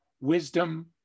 wisdom